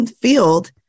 field